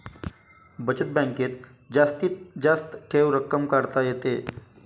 बचत बँकेत जास्तीत जास्त ठेव रक्कम काढता येते